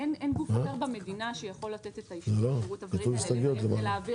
אין גוף אחר במדינה שיכול לתת את האישור --- למעט חיל האוויר,